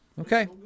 okay